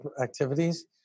activities